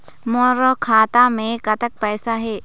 मोर खाता मे कतक पैसा हे?